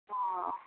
ହଁ